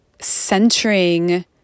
centering